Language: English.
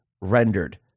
rendered